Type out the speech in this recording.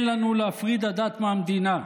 אין לנו להפריד הדת מהמדינה.